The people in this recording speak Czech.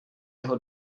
jeho